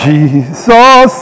Jesus